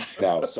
Now